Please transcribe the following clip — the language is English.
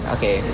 Okay